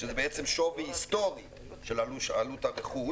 שזה בעצם שווי היסטורי של עלות הרכוש